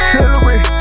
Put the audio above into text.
Celebrate